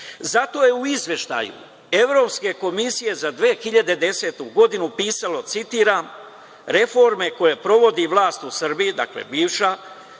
Zato je u izveštaju Evropske komisije za 2010. godinu pisalo, citiram: „Reforme koje provodi vlast u Srbiji“, dakle bivša